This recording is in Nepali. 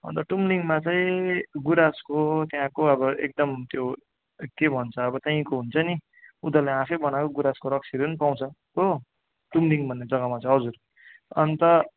अन्त तुमलिङमा चाहिँ गुराँसको त्यहाँको अब एकदम त्यो के भन्छ अब त्यहीँको हुन्छ नि उनीहरूले आफै बनाएको गुराँसको रक्सीहरू पनि पाउँछ हो तुमलिङ भन्ने जग्गामा हजुर अन्त